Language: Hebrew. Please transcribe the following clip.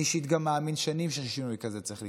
אני אישית גם מאמין כבר שנים ששינוי כזה צריך לקרות.